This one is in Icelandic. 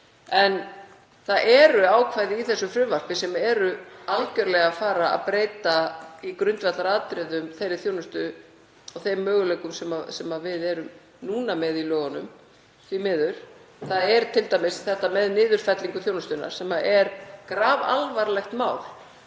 Það eru ákvæði í þessu frumvarpi sem eru algjörlega að fara að breyta í grundvallaratriðum þeirri þjónustu og þeim möguleikum sem við erum með í lögunum. Því miður. Það er t.d. þetta með niðurfellingu þjónustunnar sem er grafalvarlegt mál.